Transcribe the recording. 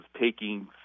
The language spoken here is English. taking